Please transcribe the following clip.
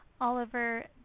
Oliver